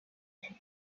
and